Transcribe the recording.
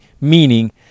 Meaning